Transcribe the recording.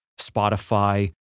Spotify